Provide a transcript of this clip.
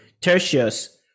Tertius